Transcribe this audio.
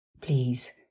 Please